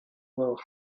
know